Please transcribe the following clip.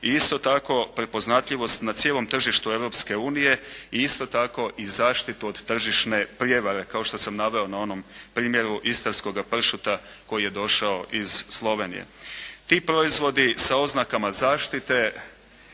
isto tako prepoznatljivost na cijelom tržištu Europske unije i isto tako i zaštitu od tržišne prijevare, kao što sam naveo na onom primjeru istarskoga pršuta koji je došao iz Slovenije. Ti proizvodi sa oznakama zaštite